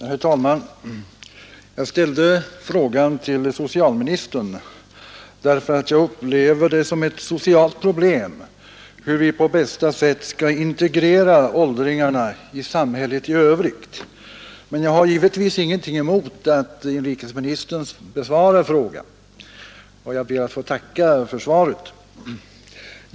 Herr talman! Jag ställde frågan till socialministern därför att jag upplever det som ett socialt problem hur vi på bästa sätt skall integrera äldringarna i samhället i övrigt. Men jag har givetvis ingenting emot att inrikesministern besvarar frågan och ber att få tacka för svaret.